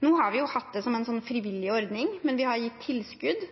Nå har vi hatt det som en frivillig ordning, men vi har gitt tilskudd,